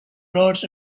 rods